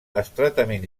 estretament